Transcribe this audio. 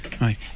Right